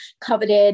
coveted